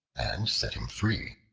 and set him free,